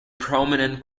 prominent